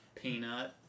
Peanut